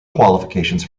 qualifications